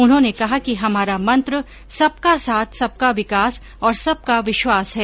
उन्होंने कहा कि हमारा मंत्र सबका साथ सबका विकास और सबका विश्वास है